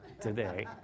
today